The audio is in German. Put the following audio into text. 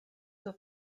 zur